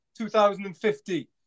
2050